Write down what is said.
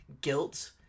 guilt